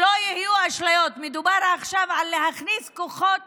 שלא יהיו אשליות, מדובר עכשיו על להכניס כוחות